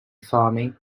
farming